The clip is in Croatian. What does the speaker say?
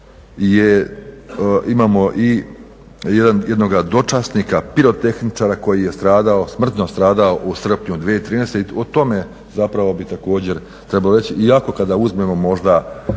vojnik, a jedan je dočasnik, pirotehničara koji je smrtno stradao u srpnju 2013.i o tome bi također trebalo reći iako kada uzmemo možda